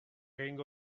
egingo